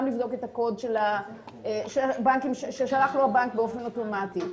לבדוק את הקוד ששלח לו הבנק באופן אוטומטי.